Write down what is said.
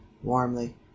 warmly